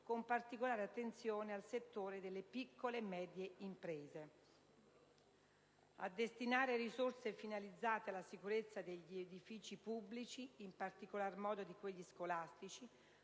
con particolare attenzione al settore delle piccole e medie imprese; a destinare risorse finalizzate alla sicurezza degli edifici pubblici, in particolar modo di quelli scolastici,